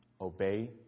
Obey